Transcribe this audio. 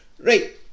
Right